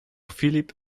filip